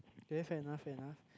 fair enough fair enough